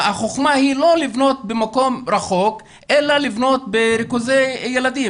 החוכמה היא לא לבנות במקום רחוק אלא לבנות בריכוזי ילדים.